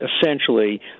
essentially